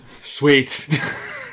Sweet